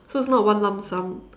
so it's not a one lump sum